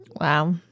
Wow